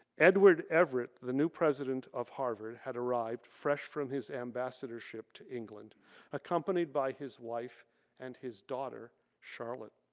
edward everett, the new president of harvard, had arrived fresh from his ambassadorship to england accompanied by his wife and his daughter charlotte.